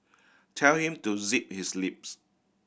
tell him to zip his lips